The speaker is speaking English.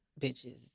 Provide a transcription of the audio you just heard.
bitches